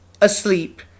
asleep